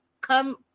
Come